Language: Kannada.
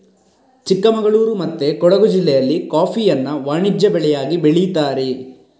ಚಿಕ್ಕಮಗಳೂರು ಮತ್ತೆ ಕೊಡುಗು ಜಿಲ್ಲೆಯಲ್ಲಿ ಕಾಫಿಯನ್ನ ವಾಣಿಜ್ಯ ಬೆಳೆಯಾಗಿ ಬೆಳೀತಾರೆ